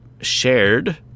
shared